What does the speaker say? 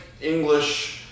English